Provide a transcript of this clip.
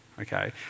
Okay